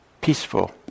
peaceful